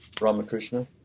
Ramakrishna